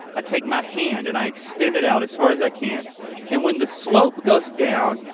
i take my hand and i extend it out as far as i can and when the slope goes down,